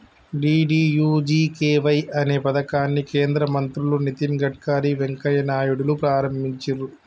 DDUGKY అనే పథకాన్ని కేంద్ర మంత్రులు నితిన్ గడ్కరీ, వెంకయ్య నాయుడులు ప్రారంభించిర్రు